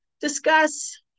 discuss